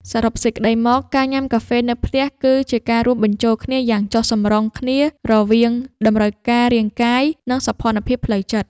សរុបសេចក្ដីមក ការញ៉ាំកាហ្វេនៅផ្ទះគឺជាការរួមបញ្ចូលគ្នាយ៉ាងចុះសម្រុងគ្នារវាង តម្រូវការរាងកាយ និងសោភ័ណភាពផ្លូវចិត្ត។